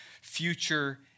future